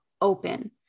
open